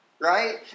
right